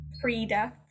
pre-death